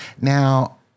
Now